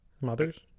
mothers